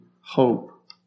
hope